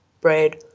bread